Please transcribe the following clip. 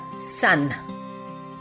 Sun